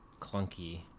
clunky